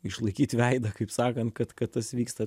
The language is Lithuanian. išlaikyt veidą kaip sakant kad tas vyksta